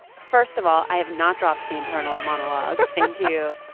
first of all, i have not dropped the internal monologue thank you,